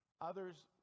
Others